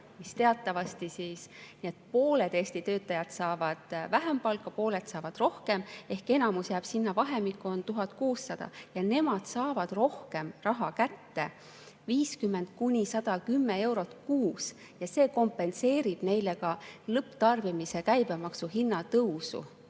see teatavasti näitab, et pooled Eesti töötajad saavad sellest vähem palka, pooled saavad rohkem –, ehk enamus jääb sinna vahemikku ja nemad saavad raha rohkem kätte 50–110 eurot kuus ja see kompenseerib neile ka lõpptarbimise käibemaksu hinna tõusu.